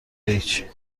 هیچی